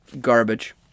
garbage